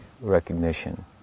recognition